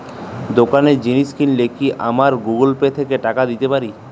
দোকানে জিনিস কিনলে কি আমার গুগল পে থেকে টাকা দিতে পারি?